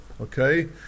Okay